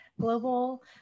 Global